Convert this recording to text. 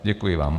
Děkuji vám.